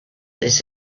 this